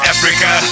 Africa